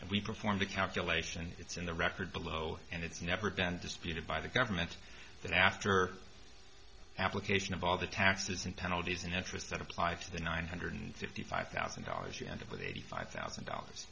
and we perform the calculation it's in the record below and it's never been disputed by the government that after application of all the taxes and penalties and interest that apply to the nine hundred fifty five thousand dollars you end up with eighty five thousand dollars